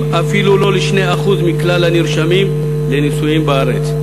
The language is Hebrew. אפילו לא ל-2% מכלל הנרשמים לנישואים בארץ.